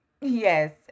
Yes